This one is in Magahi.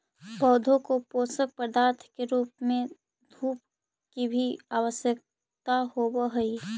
पौधों को पोषक पदार्थ के रूप में धूप की भी आवश्यकता होवअ हई